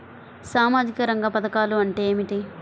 సామాజిక రంగ పధకాలు అంటే ఏమిటీ?